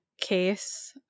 case